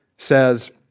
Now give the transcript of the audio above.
says